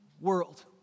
world